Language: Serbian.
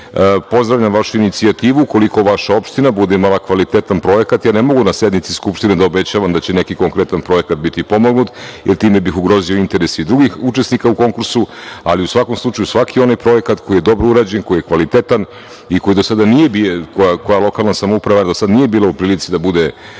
ubuduće. Pozdravljam vašu inicijativu. Ukoliko vaša opština bude imala kvalitetan projekat… Ja ne mogu na sednici Skupštine da obećavam da će neki konkretan projekat biti pomognut, jer time bih ugrozio interes drugih učesnika u konkursu, ali u svakom slučaju svaki onaj projekat koji je dobro urađen, koji je kvalitetan i koja lokalna samouprava do sada nije bila u prilici da bude laureat